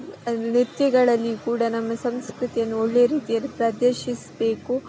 ಅಂದರೆ ನೃತ್ಯಗಳಲ್ಲಿ ಕೂಡ ನಮ್ಮ ಸಂಸ್ಕೃತಿಯನ್ನು ಒಳ್ಳೆ ರೀತಿಯಲ್ಲಿ ಪ್ರದರ್ಶಿಸಬೇಕು